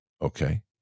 Okay